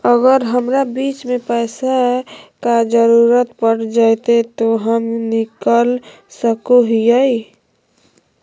अगर हमरा बीच में पैसे का जरूरत पड़ जयते तो हम निकल सको हीये